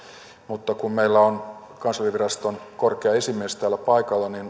mutta kun meillä on kanslerinviraston korkea esimies täällä paikalla